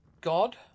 god